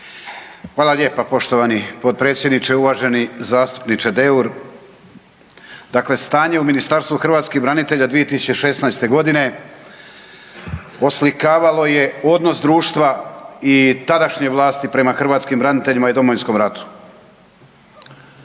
Hvala lijepo poštovani potpredsjedniče, uvaženi zastupniče Deur. Dakle, stanje u Ministarstvu hrvatskih branitelja 2016. godine oslikavalo je odnos društva i tadašnje vlasti prema hrvatskim braniteljima i Domovinskom ratu.